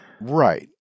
Right